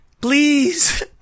Please